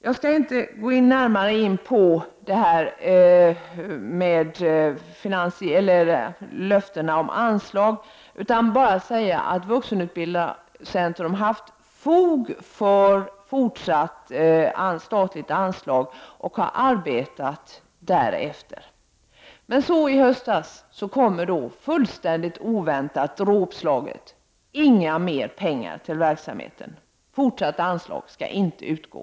Jag skall inte gå närmare in på löftena om anslag utan vill bara säga att centrumet har förutsatt fortsatt statligt anslag och har arbetat därefter. Men så i höstas kom fullständigt oväntat dråpslaget: inga mer pengar till verksamheten! Fortsatt anslag skall inte utgå.